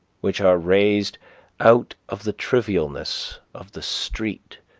which are raised out of the trivialness of the street,